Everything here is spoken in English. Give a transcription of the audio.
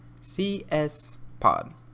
C-S-Pod